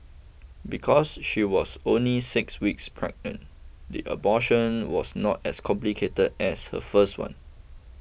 because she was only six weeks pregnant the abortion was not as complicated as her first one